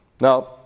Now